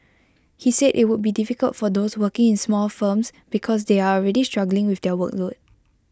he said IT would be difficult for those working in small firms because they are already struggling with their workload